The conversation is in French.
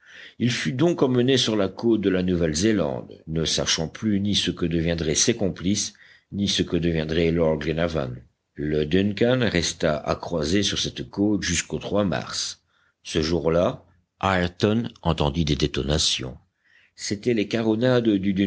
il fut donc emmené sur la côte de la nouvelle zélande ne sachant plus ni ce que deviendraient ses complices ni ce que deviendrait lord glenarvan le duncan resta à croiser sur cette côte jusqu'au mars ce jour-là ayrton entendit des détonations c'étaient les caronades du